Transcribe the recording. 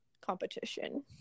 competition